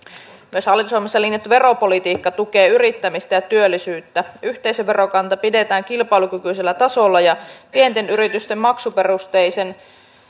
myös hallitusohjelmassa linjattu veropolitiikka tukee yrittämistä ja työllisyyttä yhteisöverokanta pidetään kilpailukykyisellä tasolla ja pienten yritysten maksuperusteinen